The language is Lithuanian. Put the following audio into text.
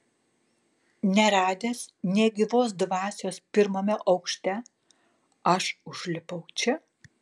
neradęs nė gyvos dvasios pirmame aukšte aš užlipau čia